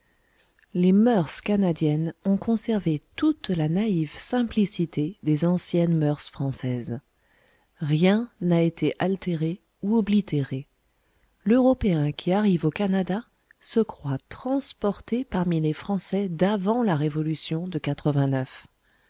les moeurs canadiennes ont conservé toute la naïve simplicité des anciennes moeurs françaises rien n'a été altéré ou oblitéré l'européen qui arrive au canada se croit transporté parmi les français d'avant la révolution de